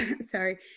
Sorry